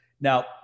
Now